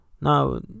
Now